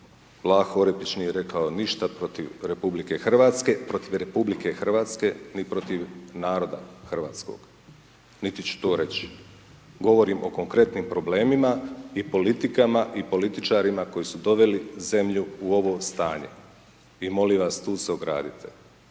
Vlaho Orepić nije rekao ništa protiv RH, protiv RH ni protiv naroda hrvatskog. Niti ću to reći. Govorim o konkretnim problemima i političarima koji su doveli zemlju u ovo stanje i molim vas tu se ogradite.